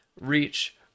Reach